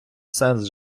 сенс